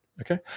Okay